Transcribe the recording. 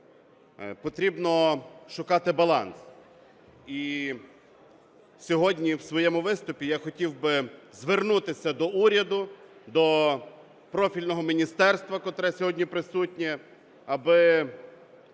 потрібно шукати баланс. І сьогодні в своєму виступі я хотів би звернутися до уряду, до профільного міністерства, котре сьогодні присутнє, аби